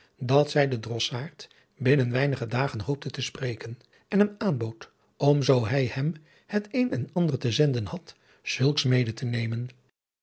dat zij den drossaard binnen weinige dagen hoopte te spreken en hem aanbood om zoo hij hem het een en ander te zenden had zulks mede te nemen